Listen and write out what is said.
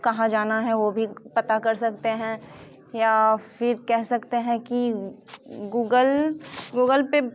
कहाँ जाना है वो भी पता कर सकते हैं या फिर कह सकते हैं कि गूगल गूगल पे